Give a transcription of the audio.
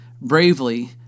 bravely